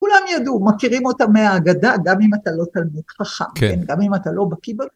כולם ידעו, מכירים אותה מהאגדה, גם אם אתה לא תלמיד חכם. כן. גם אם אתה לא בקיא.